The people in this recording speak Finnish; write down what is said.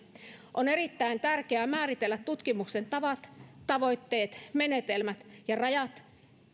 on erittäin tärkeää määritellä tutkimuksen tavat tavoitteet menetelmät ja rajat